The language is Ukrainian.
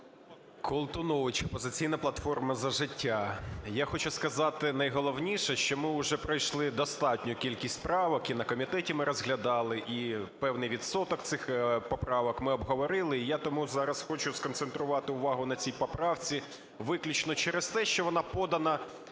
Колтунович, "Опозиційна платформа - За життя". Я хочу сказати найголовніше, що ми вже пройшли достатню кількість правок, і на комітеті ми розглядали, і певний відсоток цих поправок ми обговорили, і я тому зараз хочу сконцентрувати увагу на цій поправці виключно через те, що вона подана